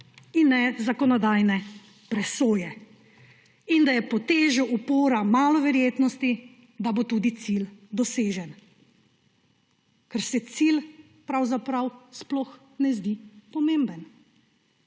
in ne zakonodajne presoje in da je pod težo upora malo verjetnosti, da bo tudi cilj dosežen, ker se cilj pravzaprav sploh ne zdi pomemben.